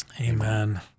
Amen